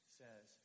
says